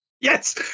Yes